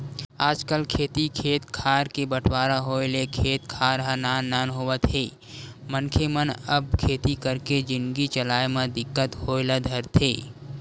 आजकल खेती खेत खार के बंटवारा होय ले खेत खार ह नान नान होवत हे मनखे मन अब खेती करके जिनगी चलाय म दिक्कत होय ल धरथे